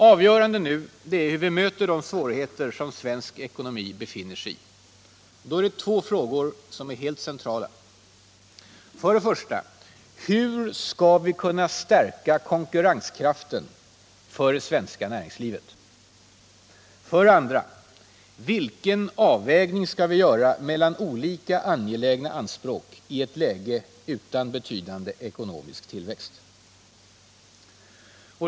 Avgörande nu är hur vi möter de svårigheter som svensk ekonomi befinner sig i. Två frågor är då helt centrala: 1. Hur skall vi kunna stärka konkurrenskraften för det svenska nä ringslivet? 2. Vilken avvägning skall vi göra mellan olika, angelägna anspråk i ett läge utan betydande ekonomisk tillväxt?